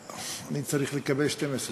אני צריך לקבל 12 דקות.